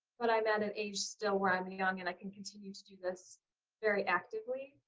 but i'm at an age still where i'm young and i can continue to do this very actively.